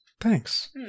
thanks